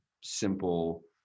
simple